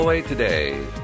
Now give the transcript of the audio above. today